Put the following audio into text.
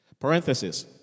Parenthesis